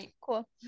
cool